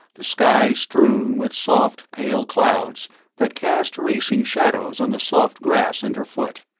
the sky strewn with soft pale clouds that cast racing shadows on the soft grass underfoot,